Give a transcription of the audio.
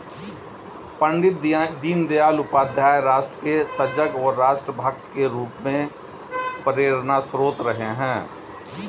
पण्डित दीनदयाल उपाध्याय राष्ट्र के सजग व राष्ट्र भक्त के रूप में प्रेरणास्त्रोत रहे हैं